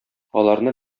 аларны